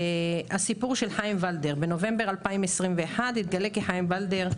הסיפור של חיים ולדר: בנובמבר 2021 התגלה כי חיים ולדר,